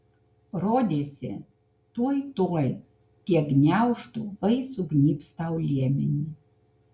rodėsi tuoj tuoj tie gniaužtu vai sugnybs tau liemenį